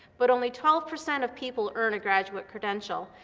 but only twelve percent of people earn a graduate credential.